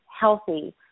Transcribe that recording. healthy